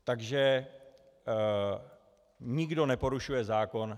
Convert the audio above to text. Takže nikdo neporušuje zákon.